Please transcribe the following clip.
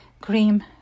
cream